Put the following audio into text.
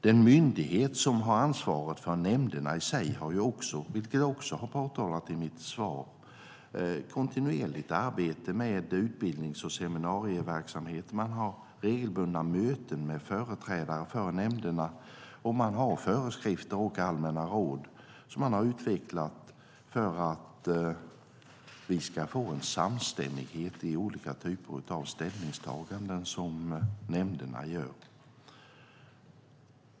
Den myndighet som har ansvaret för nämnderna i sig - vilket jag också påtalat i mitt svar - har ett kontinuerligt arbete med utbildnings och seminarieverksamhet. Man har regelbundna möten med företrädare för nämnderna, och man har föreskrifter och allmänna råd som man har utvecklat för att vi ska få en samstämmighet i olika ställningstaganden som nämnderna gör.